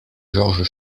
georges